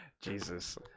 Jesus